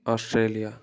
Australia